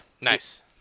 Nice